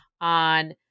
on